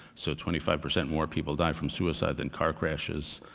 so twenty five percent more people die from suicide than car crashes.